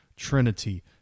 Trinity